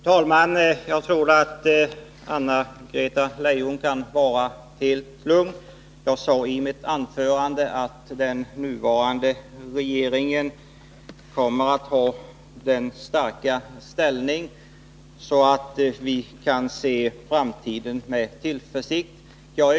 Fru talman! Anna-Greta Leijon kan vara helt lugn. Jag sade i mitt anförande att den nuvarande regeringen kommer att ha en så stark ställning att vi kan se framtiden an med tillförsikt.